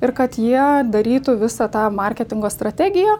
ir kad jie darytų visą tą marketingo strategiją